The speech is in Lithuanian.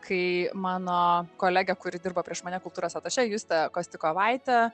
kai mano kolegė kuri dirba prieš mane kultūros atašė justė kostikovaitė